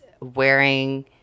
wearing